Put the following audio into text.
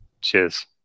Cheers